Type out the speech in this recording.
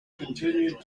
continued